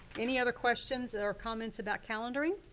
any other questions or comments about calendaring?